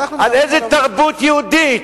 על איזה תרבות יהודית?